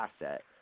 asset